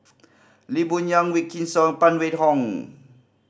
Lee Boon Yang Wykidd Song Phan Wait Hong